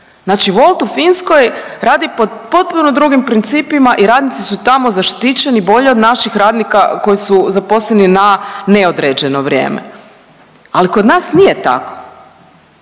Znači Wolt u Finskoj radi pod potpuno drugim principima i radni su tamo zaštićeni bolje od naših radnika koji su zaposleni na neodređeno vrijeme, ali kod nas nije tako.